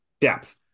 depth